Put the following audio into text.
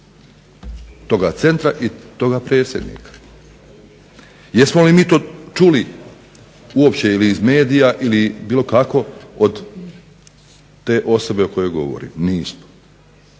toga centra i toga predsjednika. Jesmo li mi to uopće čuli iz medija ili bilo kako od te osobe o kojoj govorimo? Nismo.